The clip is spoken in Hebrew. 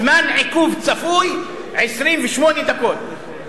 זמן עיכוב צפוי 28 דקות,